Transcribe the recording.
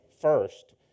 first